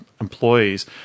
employees